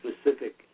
specific